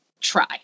try